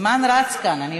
הזמן רץ כאן.